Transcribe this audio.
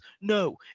No